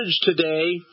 today